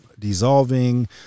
dissolving